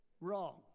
Wrong